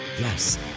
Yes